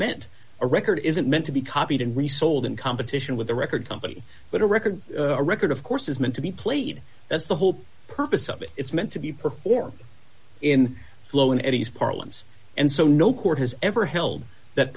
meant a record isn't meant to be copied and resold in competition with the record company but a record a record of course is meant to be played that's the whole purpose of it it's meant to be performed in flow in eddie's parlance and so no court has ever held that